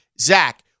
Zach